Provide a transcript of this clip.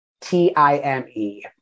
T-I-M-E